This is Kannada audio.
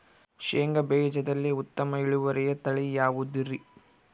ಶೇಂಗಾ ಬೇಜದಲ್ಲಿ ಉತ್ತಮ ಇಳುವರಿಯ ತಳಿ ಯಾವುದುರಿ?